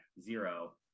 zero